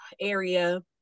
area